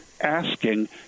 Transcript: asking